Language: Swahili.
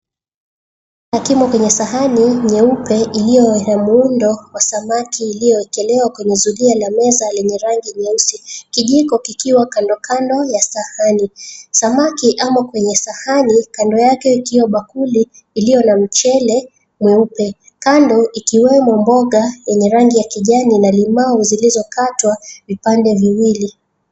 Yakimo kwenye sahani nyeupe iliyo wa muundo wa samaki iliyowekelewa kwenye zulia ya meza yenye rangi nyeusi, kijiko kikiwa kando kando ya sahani. Samaki amo kwenye sahani kando yake ikiwa bakuli iliyo na mchele mweupe, kando ikiwemo mboga yenye rangi ya kijani na limau zilizokatwa vipande viwili.